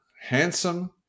Handsome